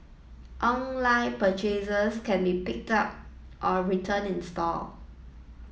online purchases can be picked up or returned in store